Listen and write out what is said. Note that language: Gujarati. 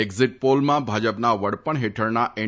એકઝીટ પોલમાં ભાજપના વડપણ હેઠળના એન